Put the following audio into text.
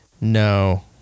No